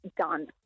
done